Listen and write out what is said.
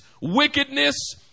wickedness